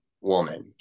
woman